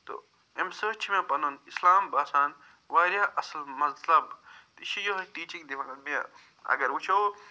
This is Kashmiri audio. تہٕ اَمہِ سۭتۍ چھُ مےٚ پنُن اِسلام باسان وارِیاہ اصٕل مذب تہٕ یہِ چھِ یِہوٚے ٹیٖچنٛگ دِوان مےٚ اگر وٕچھو